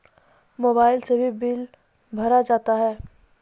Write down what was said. Mobile से भी bill भरा जाता हैं?